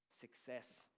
success